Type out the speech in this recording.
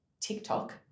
TikTok